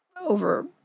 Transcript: over